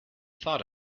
thought